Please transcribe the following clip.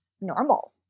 normal